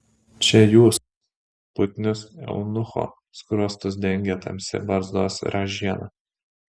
čia jūs putnius eunucho skruostus dengė tamsi barzdos ražiena